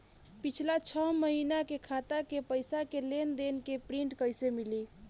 पिछला छह महीना के खाता के पइसा के लेन देन के प्रींट कइसे मिली?